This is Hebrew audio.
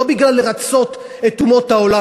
לא כדי לרצות את אומות העולם,